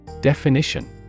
Definition